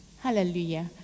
Hallelujah